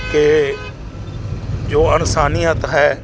ਕਿ ਜੋ ਇਨਸਾਨੀਅਤ ਹੈ